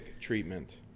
Treatment